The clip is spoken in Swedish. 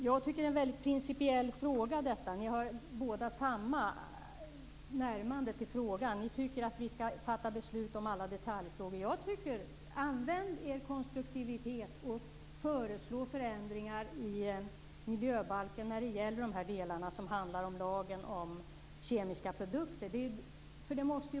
Jag tycker att detta är en principiellt viktig fråga. Ni har båda samma sätt att närma er frågan. Ni tycker att vi här skall fatta beslut om alla detaljfrågor. Jag vill uppmana er att vara konstruktiva och föreslå förändringar i miljöbalken när det gäller lagen om kemiska produkter.